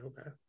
okay